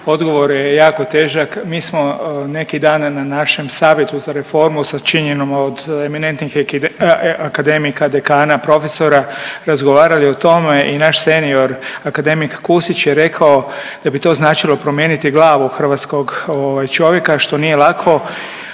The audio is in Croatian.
Odgovor je jako težak. Mi smo neki dan na našem savjetu za reformu sačinjenu od eminentnih akademika, dekana, profesora, razgovarali o tome i naš senior, akademik Kusić je rekao da bi to značilo promijeniti glavu hrvatskog ovaj čovjeka, što nije lako